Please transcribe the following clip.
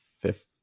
fifth